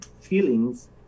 feelings